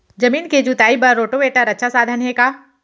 जमीन के जुताई बर रोटोवेटर अच्छा साधन हे का?